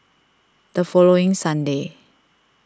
the following Sunday